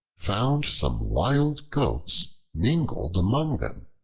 found some wild goats mingled among them,